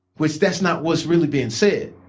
which that's not what's really being said.